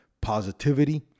positivity